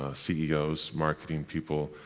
ah ceos, marketing people,